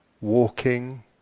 walking